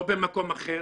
לא במקום אחר,